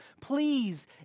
Please